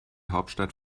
hauptstadt